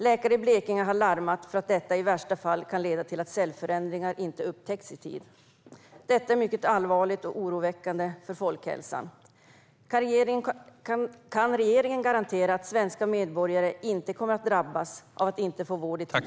Läkare i Blekinge har larmat om att detta i värsta fall kan leda till att cellförändringar inte upptäcks i tid. Detta är mycket allvarligt och oroväckande för folkhälsan. Kan regeringen garantera att svenska medborgare inte kommer att drabbas av att inte få vård i tid?